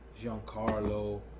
Giancarlo